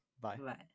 Bye